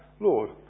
Lord